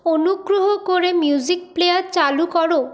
অনুগ্রহ করে music player চালু কর